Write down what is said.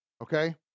okay